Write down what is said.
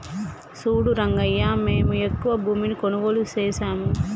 సూడు రంగయ్యా మేము ఎక్కువ భూమిని కొనుగోలు సేసాము